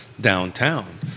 downtown